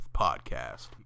Podcast